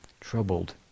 troubled